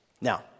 Now